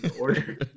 order